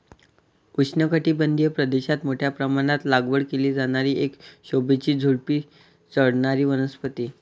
उष्णकटिबंधीय प्रदेशात मोठ्या प्रमाणात लागवड केली जाणारी एक शोभेची झुडुपी चढणारी वनस्पती